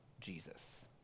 Jesus